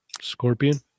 Scorpion